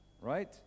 right